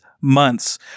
months